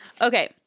okay